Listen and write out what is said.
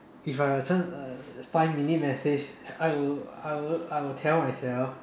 if I have a chance uh five minutes message I would I would I would tell myself